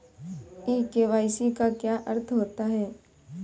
ई KYC का क्या अर्थ होता है?